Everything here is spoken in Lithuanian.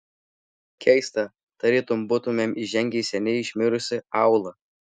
keista tarytum būtumėm įžengę į seniai išmirusį aūlą